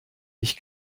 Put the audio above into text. ich